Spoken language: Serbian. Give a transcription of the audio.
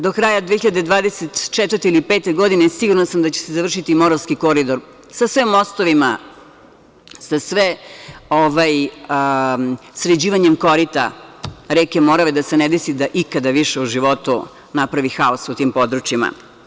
Do kraja 2024. ili 2025. godine, sigurno sam da će se završiti Moravski koridor sa sve mostovima, sa sve sređivanjem korita reke Morave da se ne desi da ikada više u životu napravi haos u tim područjima.